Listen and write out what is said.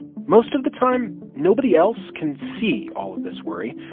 most of the time, nobody else can see all of this worry.